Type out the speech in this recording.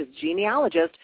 genealogist